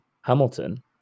Hamilton